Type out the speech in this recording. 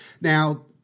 Now